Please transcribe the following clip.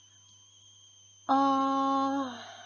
ah